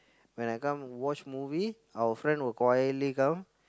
when I come watch movie our friend will quietly come